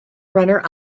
runner